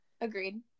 agreed